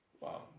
Wow